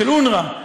של אונר"א,